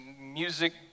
Music